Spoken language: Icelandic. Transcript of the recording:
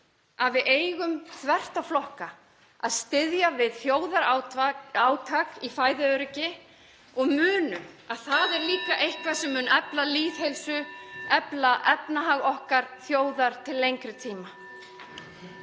að við eigum þvert á flokka að styðja við þjóðarátak í fæðuöryggi. Munum að það er líka eitthvað sem mun efla lýðheilsu og efla efnahag okkar þjóðar til lengri tíma.